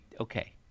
okay